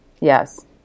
Yes